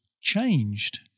changed